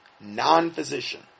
Non-physician